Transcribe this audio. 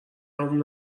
تموم